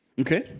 Okay